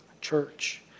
church